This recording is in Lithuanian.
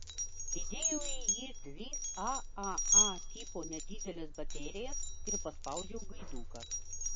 įdėjau į jį dvi aaa tipo nedideles baterijas ir paspaudžiau gaiduką